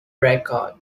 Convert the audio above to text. record